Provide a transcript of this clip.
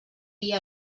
dir